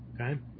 Okay